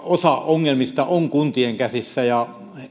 osa ongelmista on kuntien käsissä ja